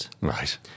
right